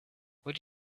would